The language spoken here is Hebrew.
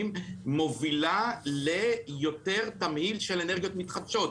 מובילה ליותר תמהיל של אנרגיות מתחדשות.